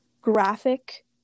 graphic